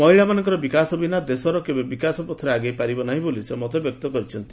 ମହିଳାମାନଙ୍କର ବିକାଶ ବିନା ଦେଶ କେବେ ବିକାଶ ପଥରେ ଆଗେଇ ପାରିବ ନାହିଁ ବୋଲି ସେ ମତବ୍ୟକ୍ତ କରିଛନ୍ତି